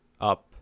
up